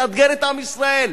תאתגר את עם ישראל.